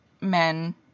men